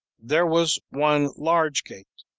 there was one large gate,